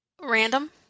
Random